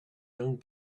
young